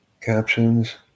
captions